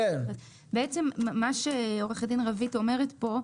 מה שעו"ד רוית אומרת פה,